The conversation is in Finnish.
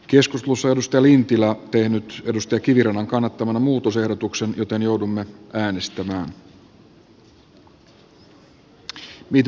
keskustelu seurustelin tilaa tehnyt edustaja kivirannan kannattamana muutosehdotuksen joten joudumme arvoisa puhemies